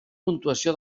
puntuació